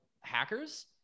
hackers